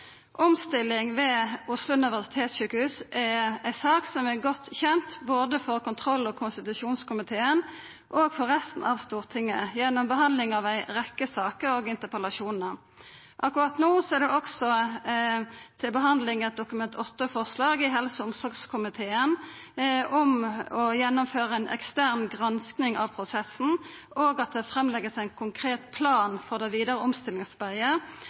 ved Oslo universitetssykehus er ei sak som er godt kjend både for kontroll- og konstitusjonskomiteen og for resten av Stortinget gjennom behandlinga av ei rekkje saker og interpellasjonar. Akkurat no er det også til behandling eit Dokument 8-forslag i helse- og omsorgskomiteen om å gjennomføra ei ekstern gransking av prosessen, og at det blir lagt fram ein konkret plan for det vidare